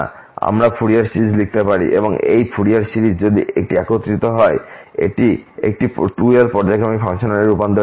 আমরা Fourier series লিখতে পারি এবং এই ফুরিয়ার সিরিজ যদি এটি একত্রিত হয় একটি 2l পর্যায়ক্রমিক ফাংশনে রূপান্তরিত হবে